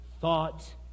thought